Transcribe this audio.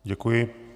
Děkuji.